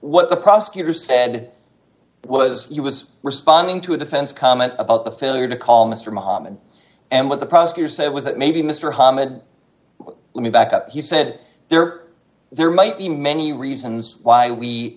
what the prosecutor said was he was responding to a defense comment about the failure to call mr muhammad and what the prosecutor said was that maybe mr hamud let me back up he said there there might be many reasons why we